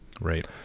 Right